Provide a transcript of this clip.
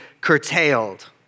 curtailed